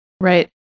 Right